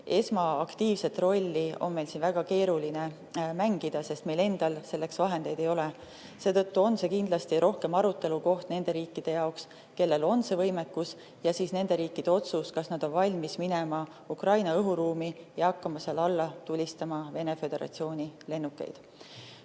esmaaktiivset rolli väga keeruline mängida, sest meil endal selleks vahendeid ei ole. Seetõttu on see kindlasti rohkem arutelukoht nende riikide jaoks, kellel on see võimekus, ja siis on nende riikide otsus, kas nad on valmis minema Ukraina õhuruumi ja hakkama seal alla tulistama Venemaa Föderatsiooni lennukeid.